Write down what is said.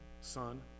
son